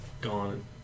Gone